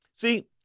see